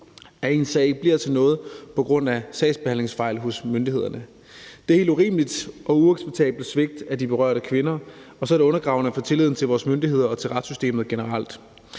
at ens sag ikke bliver til noget på grund af sagsbehandlingsfejl hos myndighederne. Det er et helt urimeligt og uacceptabelt svigt af de berørte kvinder, og så er det undergravende for tilliden til vores myndigheder og til retssystemet generelt.